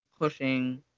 pushing